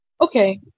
Okay